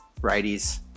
righties